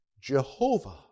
Jehovah